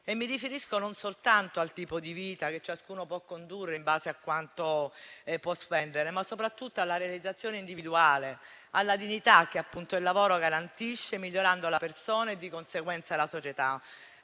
E mi riferisco non soltanto al tipo di vita che ciascuno può condurre in base a quanto può spendere, ma anche e soprattutto alla realizzazione individuale e alla dignità che il lavoro garantisce, migliorando la persona e di conseguenza la società.